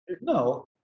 no